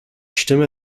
stimme